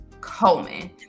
Coleman